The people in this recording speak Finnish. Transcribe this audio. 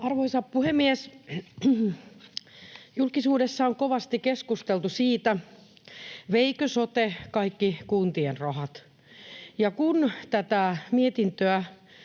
Arvoisa puhemies! Julkisuudessa on kovasti keskusteltu siitä, veikö sote kaikki kuntien rahat. Kun tätä mietintöä